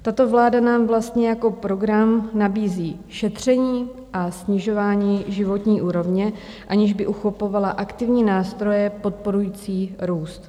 Tato vláda nám vlastně jako program nabízí šetření a snižování životní úrovně, aniž by uchopovala aktivní nástroje podporující růst.